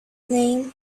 name